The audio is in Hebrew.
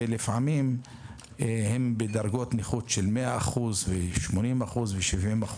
ולפעמים הם בדרגות נכות של 100% ן-80% ו-70%.